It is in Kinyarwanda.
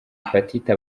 hepatite